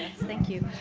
thank you.